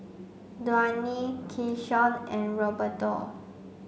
Dwaine Keyshawn and Roberto